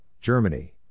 Germany